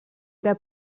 era